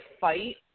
fight